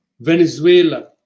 Venezuela